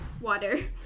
water